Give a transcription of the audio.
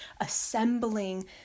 assembling